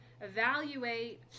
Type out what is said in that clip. Evaluate